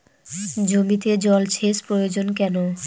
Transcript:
জমিতে জল সেচ প্রয়োজন কেন?